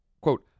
quote